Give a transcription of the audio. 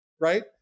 Right